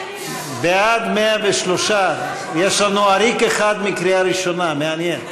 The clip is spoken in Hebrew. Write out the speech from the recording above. בעד, 103. יש לנו עריק אחד מקריאה ראשונה, מעניין.